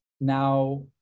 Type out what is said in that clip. now